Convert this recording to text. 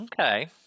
Okay